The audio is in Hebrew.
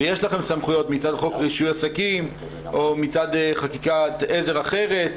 ויש לכם סמכויות מצד חוק רישוי עסקים או מצד חקיקת עזר אחרת,